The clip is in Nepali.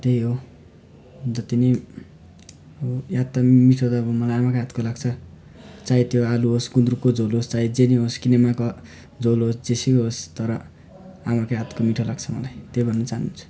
त्यही हो जत्ति नै अब याद त मिठो त अब मलाई आमाकै हातको लाग्छ चाहे त्यो आलु होस् गुन्द्रुकको झोल होस् चाहे जे नि होस् किनेमाको झोल होस् जेसुकै होस् तर आमाकै हातको मिठो लाग्छ मलाई त्यही भन्न चाहन्छु